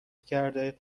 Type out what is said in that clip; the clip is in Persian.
کرده